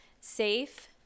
safe